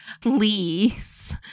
Please